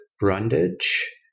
Brundage